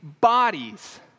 bodies